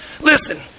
listen